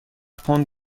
پوند